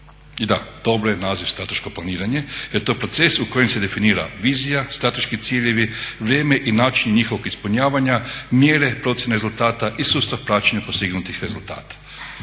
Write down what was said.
I da, dobro je naziv strateško planiranje jer je to proces u kojem se definira vizija, strateški ciljevi, vrijeme i način njihovog ispunjavanja, mjere, procjene rezultata i sustav praćenja postignutih rezultata.